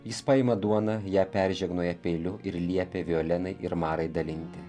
jis paima duoną ją peržegnoja peiliu ir liepia violenai ir marai dalinti